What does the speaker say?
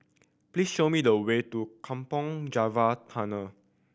please show me the way to Kampong Java Tunnel